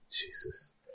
Jesus